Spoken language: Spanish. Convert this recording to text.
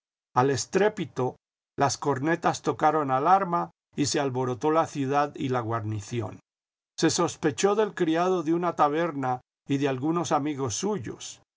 al estrépito las cornetas tocaron alarma y se alborotó la ciudad y la guarnición se sospechó del criado de una taberna y de algunos amigos suyos